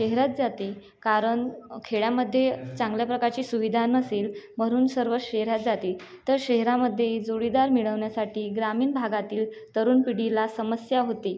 शहरात जाते कारण खेड्यामध्ये चांगल्या प्रकारची सुविधा नसेल म्हणून सर्व शहरात जाते तर शहरामध्ये जोडीदार मिळवण्यासाठी ग्रामीण भागातील तरुण पिढीला समस्या होते